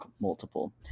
multiple